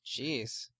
Jeez